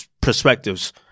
perspectives